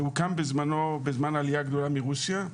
זה הוקם בזמנו בזמן העלייה גדולה מרוסיה,